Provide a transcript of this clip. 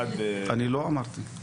אני לא אמרתי את זה.